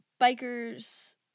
bikers